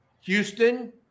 Houston